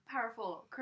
powerful